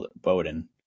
Bowden